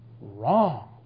Wrong